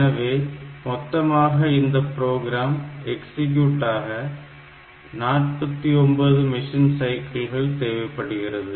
எனவே மொத்தமாக இந்த புரோகிராம் எக்ஸிக்யூட் ஆக 49 மெஷின் சைக்கிள் தேவைப்படுகிறது